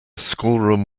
schoolroom